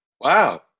wow